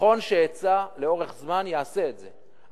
נכון שהיצע לאורך זמן יעשה את זה,